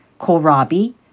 kohlrabi